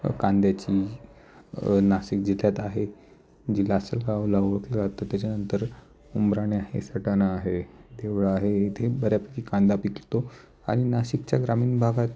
कांद्याची नासिक जिल्ह्यात आहे जिल्हा लासलगाव लासलगाव तर त्याच्यानंतर उंबराणे आहे सटाणा आहे देवळाली आहे इथे बऱ्यापैकी कांदा पिकतो आणि नाशिकच्या ग्रामीण भागात